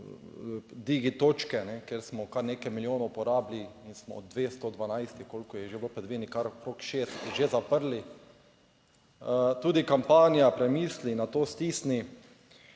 Digi točke, kjer smo kar nekaj milijonov porabili in smo 212, koliko je že bilo predvidenih, kar okrog šest že zaprli, tudi kampanja Premisli, nato stisni.